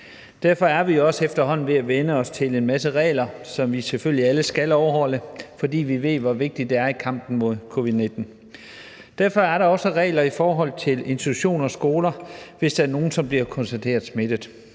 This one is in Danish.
Derfor er vi også efterhånden ved at vænne os til en masse regler, som vi selvfølgelig alle skal overholde, fordi vi ved, hvor vigtigt det er i kampen mod covid-19. Derfor er der også regler i forhold til institutioner og skoler, hvis nogle bliver konstateret smittet.